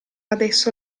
adesso